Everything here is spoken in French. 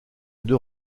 deux